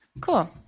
Cool